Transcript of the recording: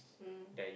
mm